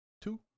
two